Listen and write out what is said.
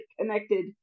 connected